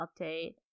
update